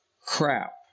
crap